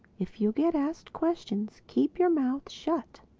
if you get asked questions, keep your mouth shut.